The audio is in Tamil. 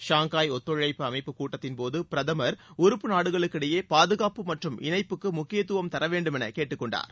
ஷாங்காய் ஒத்துழைப்பு அமைப்பு கூட்டத்தின்போது பிரதமர் உறுப்பு நாடுகளுக்கிடையே பாதுகாப்பு மற்றும் இணைப்புக்கு முக்கியத்துவம் தரவேண்டும் என்று கேட்டுக்கொண்டார்